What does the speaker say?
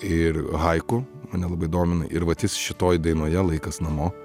ir haiku mane labai domina ir vat jis šitoj dainoje laikas namo